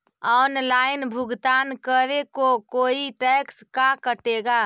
Online भुगतान करे को कोई टैक्स का कटेगा?